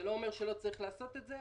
זה לא אומר שלא צריך לעשות את זה,